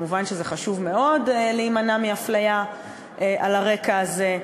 מובן שחשוב מאוד להימנע מהפליה על הרקע הזה,